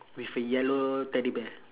with a yellow teddy bear